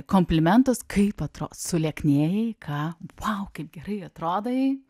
komplimentus kaip atro sulieknėjai ką vau kaip gerai atrodai